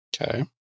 Okay